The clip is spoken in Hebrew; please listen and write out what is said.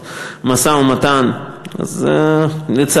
לא יגיעו להסכמות במשא-ומתן,